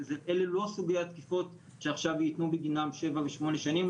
אלה לא סוגי התקיפות שעכשיו ייתנו בגינם שבע ושמונה שנים,